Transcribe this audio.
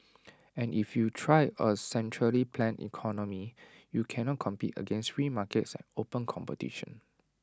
and if you try A centrally planned economy you cannot compete against free markets and open competition